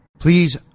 Please